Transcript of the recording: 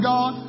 God